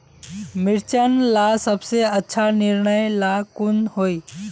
मिर्चन ला सबसे अच्छा निर्णय ला कुन होई?